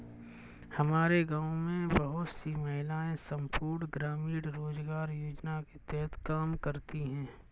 हमारे गांव में बहुत सी महिलाएं संपूर्ण ग्रामीण रोजगार योजना के तहत काम करती हैं